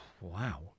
Wow